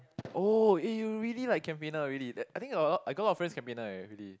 oh eh you really like campaigner already that I think the I got a lot of friends campaigner already